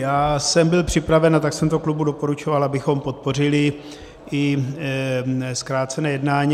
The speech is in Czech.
Já jsem byl připraven a tak jsem to klubu doporučoval, abychom podpořili i zkrácené jednání.